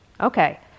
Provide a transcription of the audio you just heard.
Okay